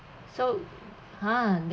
so !huh!